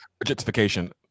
objectification